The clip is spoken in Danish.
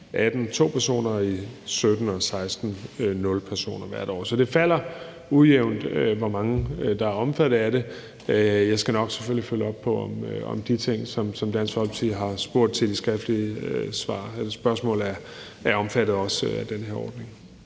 2018 to personer og i 2017 og 2016 nul personer i hvert af de år. Så det falder ujævnt, hvor mange der er omfattet af det. Jeg skal nok selvfølgelig følge op på, om de ting, som Dansk Folkeparti har spurgt til i skriftlige spørgsmål, også er omfattet af den her ordning.